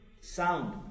sound